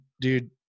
dude